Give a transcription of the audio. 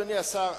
אדוני השר,